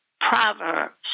Proverbs